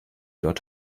dort